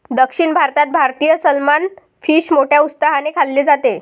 दक्षिण भारतात भारतीय सलमान फिश मोठ्या उत्साहाने खाल्ले जाते